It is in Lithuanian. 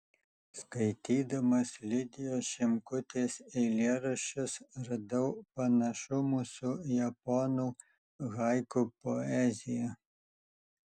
skaitydamas lidijos šimkutės eilėraščius radau panašumų su japonų haiku poezija